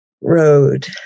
road